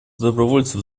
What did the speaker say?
добровольцев